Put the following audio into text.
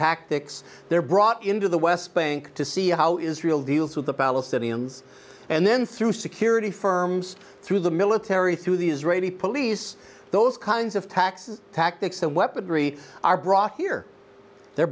tactics they're brought into the west bank to see how israel deals with the palestinians and then through security firms through the military through the israeli police those kinds of taxes tactics and weaponry are brought here they're